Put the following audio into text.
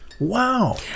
Wow